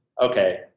okay